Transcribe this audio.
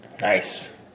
Nice